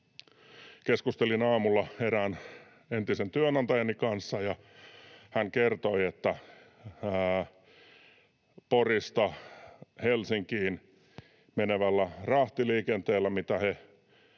Keskustelin aamulla erään entisen työnantajani kanssa ja hän kertoi, että jos Porista Helsinkiin menevällä rahtiliikenteellä, mitä he